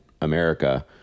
america